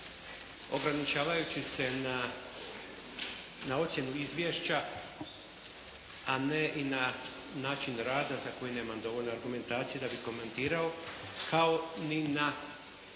ograničavajući se na ocjenu izvješća a ne i na način rada za koji nemam dovoljno argumentacije da bi komentirao kao ni na